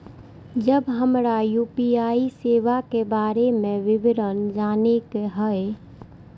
जब हमरा यू.पी.आई सेवा के बारे में विवरण जाने के हाय?